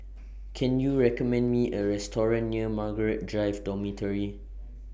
Can YOU recommend Me A Restaurant near Margaret Drive Dormitory